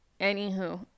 Anywho